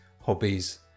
hobbies